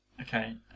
Okay